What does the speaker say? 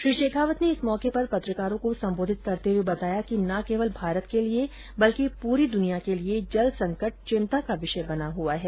श्री शेखावत ने इस मौके पर पत्रकारों को संबोधित करते हुए बताया कि न केवल भारत के लिए बल्कि पूरी द्निया के लिए जल संकट चिंता का विषय बना हुआ है